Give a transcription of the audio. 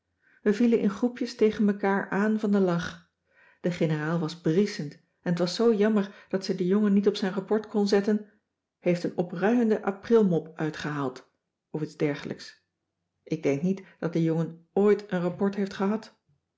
we vielen in groepjes tegen mekaar aan van den lach de generaal was brieschend en t was zoo jammer dat ze den jongen niet op zijn rapport kon zetten heeft een opruiende aprilmop uitgehaald of iets dergelijks ik denk niet dat de jongen ooit een rapport heeft gehad